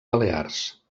balears